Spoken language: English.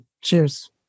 Cheers